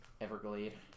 Everglade